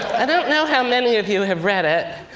i don't know how many of you have read it.